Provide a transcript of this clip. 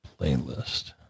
playlist